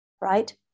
right